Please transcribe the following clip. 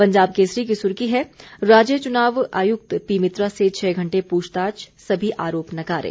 पंजाब केसरी की सुर्खी है राज्य चुनाव आयुक्त पी मित्रा से छह घंटे पूछताछ सभी आरोप नकारे